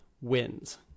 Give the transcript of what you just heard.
wins